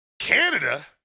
Canada